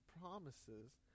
promises